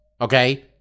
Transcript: okay